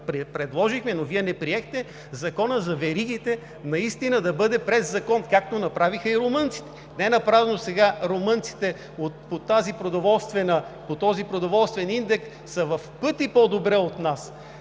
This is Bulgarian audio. предложихме, но Вие не приехте Закона за веригите наистина да бъде през закон, както направиха и румънците. Ненапразно сега румънците от този продоволствен индекс са в пъти по-добре от нас.